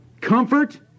comfort